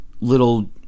little